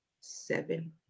seven